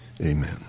amen